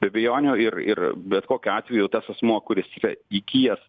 be abejonių ir ir bet kokiu atveju tas asmuo kuris yra įgijęs